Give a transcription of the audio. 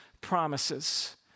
promises